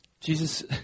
Jesus